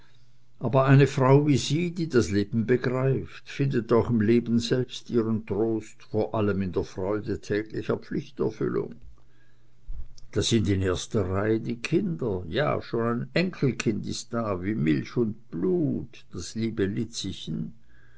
aber eine frau wie sie die das leben begreift findet auch im leben selbst ihren trost vor allem in der freude täglicher pflichterfüllung da sind in erster reihe die kinder ja schon ein enkelkind ist da wie milch und blut das liebe